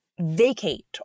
vacate